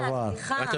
אנחנו